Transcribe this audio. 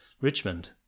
Richmond